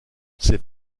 ses